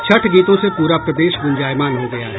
छठ गीतों से पूरा प्रदेश गुंजायमान हो गया है